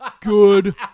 Good